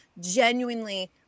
genuinely